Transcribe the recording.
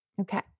Okay